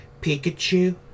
Pikachu